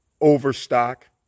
overstock